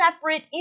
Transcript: separate